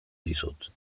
dizut